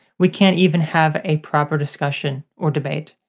we can't even have a proper discussion or debate.